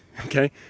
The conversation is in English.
Okay